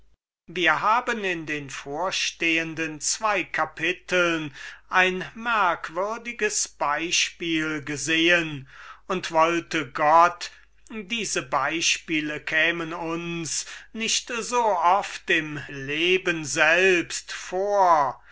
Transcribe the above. wir haben in diesem und dem vorigen kapitel ein so merkwürdiges beispiel gesehen und wollte gott diese beispiele kämen uns nicht so oft im leben selbst vor